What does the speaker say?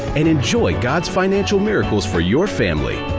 and enjoy god's financial miracles for your family!